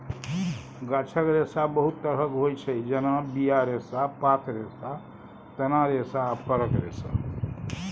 गाछक रेशा बहुत तरहक होइ छै जेना बीया रेशा, पात रेशा, तना रेशा आ फरक रेशा